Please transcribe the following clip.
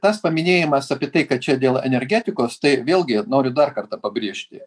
tas paminėjimas apie tai kad čia dėl energetikos tai vėlgi noriu dar kartą pabrėžti